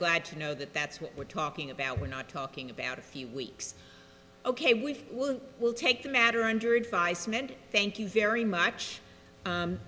glad to know that that's what we're talking about we're not talking about a few weeks ok we will we'll take the matter under advisement thank you very much